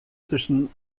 tusken